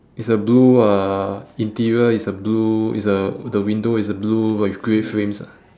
it's a blue uh interior is a blue is a the window is a blue but with grey frames ah